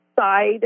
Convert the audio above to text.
side